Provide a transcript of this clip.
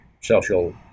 social